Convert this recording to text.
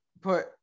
put –